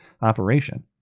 operation